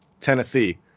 Tennessee